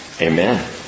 amen